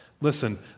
Listen